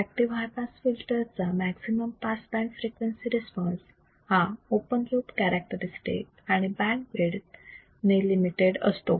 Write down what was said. active high pass filter चा maximum pass band frequency response हा open loop characteristic आणि bandwidth ने limited असतो